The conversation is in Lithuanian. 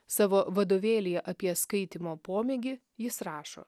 savo vadovėlyje apie skaitymo pomėgį jis rašo